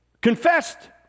confessed